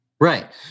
Right